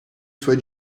suoi